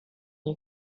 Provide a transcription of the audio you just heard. you